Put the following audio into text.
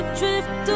drift